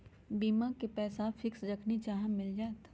बीमा के पैसा फिक्स जखनि चाहम मिल जाएत?